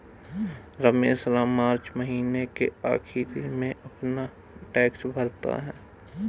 रमेश मार्च महीने के आखिरी में अपना टैक्स भरता है